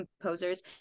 composers